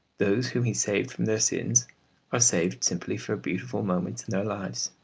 those whom he saved from their sins are saved simply for beautiful moments in their lives.